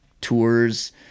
tours